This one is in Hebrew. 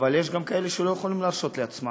אבל יש גם אלה שלא יכולים להרשות לעצמם,